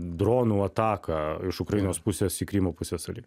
dronų ataką iš ukrainos pusės į krymo pusiasalį